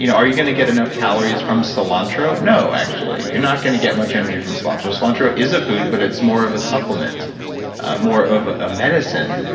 you know are you going to get enough calories from cilantro? no, actually you're not going to get much energy from cilantro. cilantro is a food, but it's more of a supplement more of a a medicine.